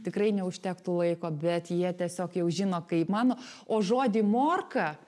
tikrai neužtektų laiko bet jie tiesiog jau žino kaip mano o žodį morka